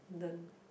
don't